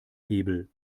hebel